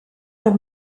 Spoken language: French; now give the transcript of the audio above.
leur